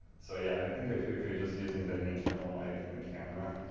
so yeah i think if you're if you're just using the internal mic in the camera,